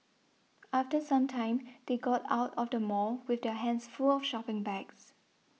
after some time they got out of the mall with their hands full of shopping bags